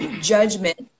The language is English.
judgment